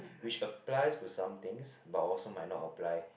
which applies to some things but also might not apply